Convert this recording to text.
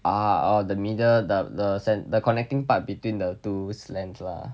ah orh the middle the the cen~ the connecting part between the two screws lah